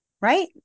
Right